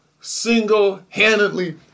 single-handedly